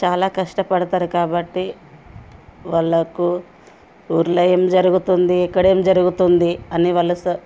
చాలా కష్టపడతారు కాబట్టి వాళ్ళకు ఊర్లో ఏం జరుగుతుంది ఎక్కడ ఏం జరుగుతుంది అని వాళ్ళ స